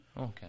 Okay